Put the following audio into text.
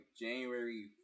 January